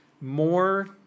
more